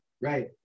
Right